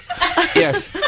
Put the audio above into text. Yes